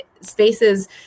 spaces